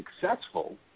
successful